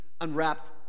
unwrapped